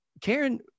Karen